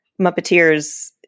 Muppeteers